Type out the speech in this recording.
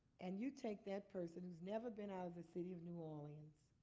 and you take that person who's never been out of the city of new orleans,